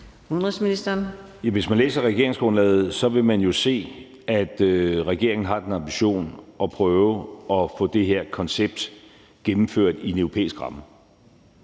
hvis man læser regeringsgrundlaget, så vil man jo se, at regeringen har den ambition at ville prøve at få det her koncept gennemført i en europæisk ramme,